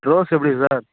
rose எப்படி sir